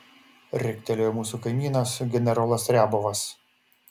riktelėjo mūsų kaimynas generolas riabovas